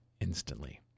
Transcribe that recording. instantly